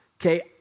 okay